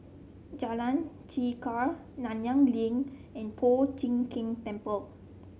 Jalan Chegar Nanyang Link and Po Chiak Keng Temple